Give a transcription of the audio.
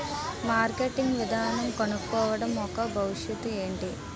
Marketing విధానం కనుక్కోవడం యెక్క భవిష్యత్ ఏంటి?